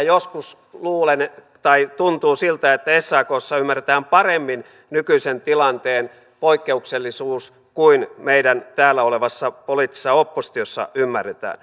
joskus tuntuu siltä että sakssa ymmärretään paremmin nykyisen tilanteen poikkeuksellisuus kuin meidän täällä olevassa poliittisessa oppositiossa ymmärretään